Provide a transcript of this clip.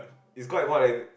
it's quite what eh